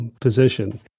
position